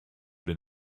been